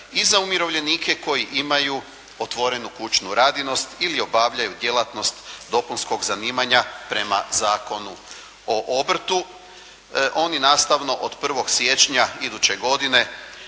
i za umirovljenike koji imaju otvorenu kućnu radinost ili obavljaju djelatnost dopunskog zanimanja prema Zakonu o obrtu. Oni nastavno od 1. siječnja iduće godine